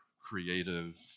creative